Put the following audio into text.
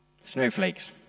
Snowflakes